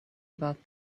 about